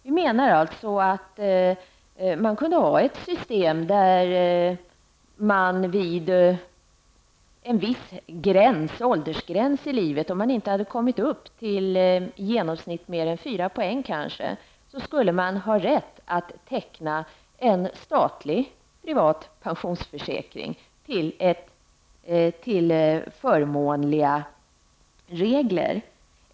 Vi menar att man kunde ha ett system där man vid en viss åldersgräns -- om man då inte kommit upp i mer än i genomsnitt t.ex. 4 poäng -- skulle ha rätt att teckna en statlig privat pensionsförsäkring med förmånliga regler.